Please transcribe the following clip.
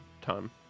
time